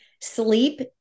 sleep